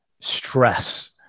stress